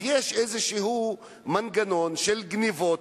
אז יש מנגנון של גנבות,